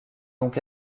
donc